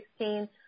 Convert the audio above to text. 2016